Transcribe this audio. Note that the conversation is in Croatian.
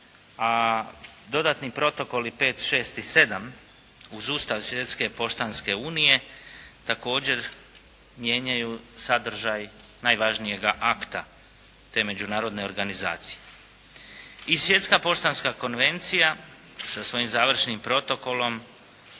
a dodatni protokoli 5, 6 i 7 uz Ustav Svjetske poštanske unije također mijenjaju sadržaj najvažnijega akta te međunarodne organizacije. I Svjetska poštanska konvencija sa svojim završnim protokolom